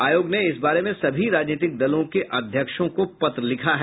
आयोग ने इस बारे में सभी राजनीतिक दलों के अध्यक्षों को पत्र लिखा है